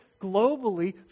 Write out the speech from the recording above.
globally